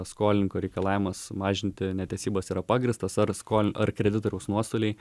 skolininko reikalavimas mažinti netesybas yra pagrįstas ar skol ar kreditoriaus nuostoliai